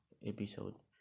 episode